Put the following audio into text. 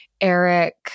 Eric